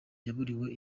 yaburiwe